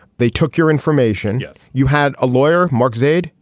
they took your information. yes. you had a lawyer, mark zaid.